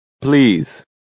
Please